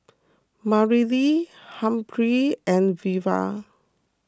Mareli Humphrey and Veva